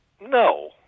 No